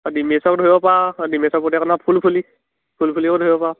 ডিম্বেশ্বৰক ধৰিব পাৰ ডিম্বেশ্বৰ পুতেকৰ নাম ফুলফুলি ফুলফুলিকো ধৰিব পাৰ